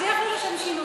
הצליח לו לשם שינוי,